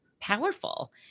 powerful